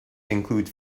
include